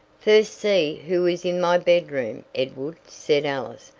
first see who is in my bedroom, edward, said alice,